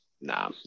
nah